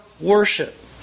worship